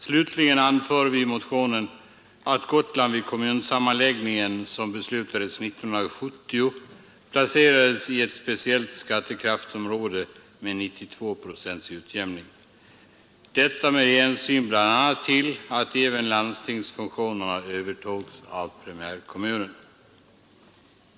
Slutligen anför vi i motionen, att Gotland vid den kommunsammanläggning, som beslutades 1970, placerades i ett speciellt skattekraftsområde med 92 procents utjämning, detta med hänsyn bl.a. till att även landstingsfunktionerna övertogs av primärkommunen.